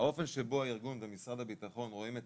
האופן שבו הארגון ומשרד הביטחון רואים את